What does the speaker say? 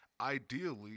ideally